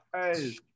Hey